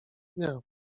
dnia